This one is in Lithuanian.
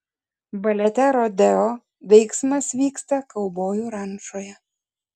balete rodeo veiksmas vyksta kaubojų rančoje